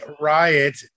Riot